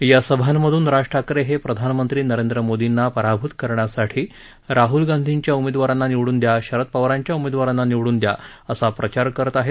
या सभांमधून राज ठाकरे हे प्रधानमंत्री नरेंद्र मोदींना पराभूत करण्यासाठी राहल गांधींच्या उमेदवारांना निवडुन दया शरद पवारांच्या उमेदवारांना निवडुन दया असा प्रचार करत आहेत